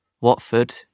Watford